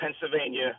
Pennsylvania